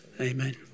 Amen